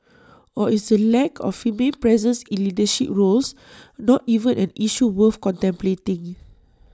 or is the lack of female presence in leadership roles not even an issue worth contemplating